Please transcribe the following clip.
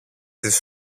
τις